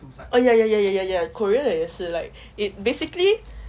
ya ya ya ya ya ya korea 的也是 like it basically